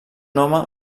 home